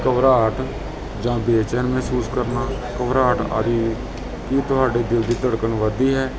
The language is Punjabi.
ਘਬਰਾਹਟ ਜਾਂ ਬੇਚੈਨ ਮਹਿਸੂਸ ਕਰਨਾ ਘਬਰਾਹਟ ਆਦਿ ਕੀ ਤੁਹਾਡੇ ਦਿਲ ਦੀ ਧੜਕਨ ਵੱਧਦੀ ਹੈ